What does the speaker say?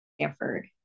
Stanford